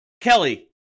kelly